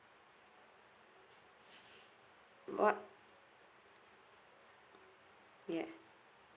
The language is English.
what yeah